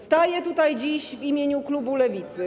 Staję tutaj dziś w imieniu klubu Lewicy.